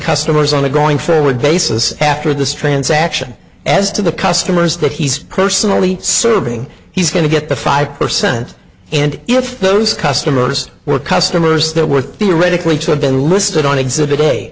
customers on a growing forward basis after this transaction as to the customers that he's personally serving he's going to get the five percent and if those customers were customers that were theoretically to have been listed on exhibit day